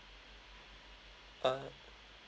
uh